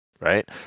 right